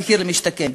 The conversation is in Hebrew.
מחיר למשתכן,